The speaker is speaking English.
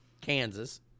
Kansas